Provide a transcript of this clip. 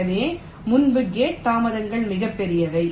எனவே முன்பு கேட் தாமதங்கள் மிகப் பெரியவை